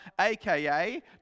aka